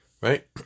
right